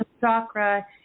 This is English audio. chakra